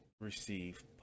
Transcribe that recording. receive